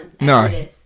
No